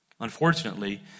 Unfortunately